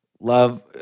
love